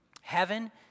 Heaven